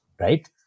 Right